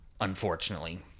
unfortunately